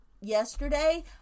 yesterday